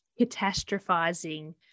catastrophizing